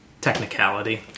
Technicality